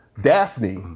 Daphne